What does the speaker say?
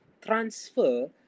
transfer